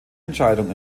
entscheidung